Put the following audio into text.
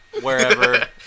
wherever